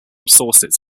sources